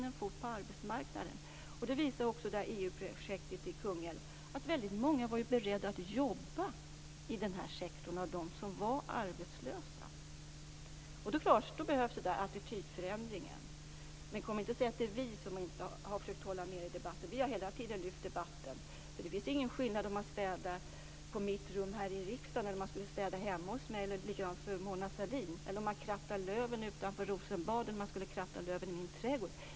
EU-projektet i Kungälv visar också att det var väldigt många av dem som var arbetslösa som var beredda att jobba i denna sektor. Och då behövs det en attitydförändring. Men kom inte och säg att det är vi som har försökt att hålla nere debatten. Vi har hela tiden försökt att lyfta den. Det är ingen skillnad om man städar mitt rum här i riksdagen eller om man skulle städa hemma hos mig eller hos Mona Sahlin. Det är inte heller någon skillnad om man krattar löv utanför Rosenbad eller i min trädgård.